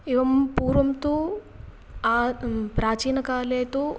एवं पूर्वं तु आ प्राचीनकाले तु